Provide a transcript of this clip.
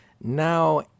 Now